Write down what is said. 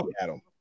Adam